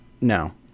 no